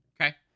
okay